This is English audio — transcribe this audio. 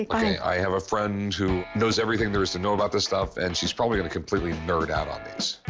i have a friend who knows everything there is to know about this stuff, and she's probably going to completely nerd out on these,